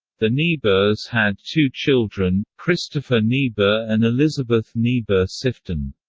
the niebuhrs had two children, christopher niebuhr and elisabeth niebuhr sifton.